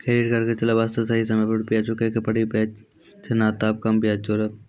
Credit card के चले वास्ते सही समय पर रुपिया चुके के पड़ी बेंच ने ताब कम ब्याज जोरब?